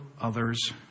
others